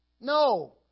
No